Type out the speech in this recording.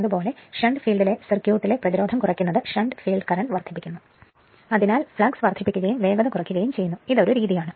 അതുപോലെ shunt field സർക്യൂട്ടിലെ പ്രതിരോധം കുറയ്ക്കുന്നത് ഷണ്ട് ഫീൽഡ് കറന്റ് വർദ്ധിപ്പിക്കുന്നു അതിനാൽ ഫ്ലക്സ് വർദ്ധിപ്പിക്കുകയും വേഗത കുറയ്ക്കുകയും ചെയ്യുന്നു ഇത് ഒരു രീതിയാണ്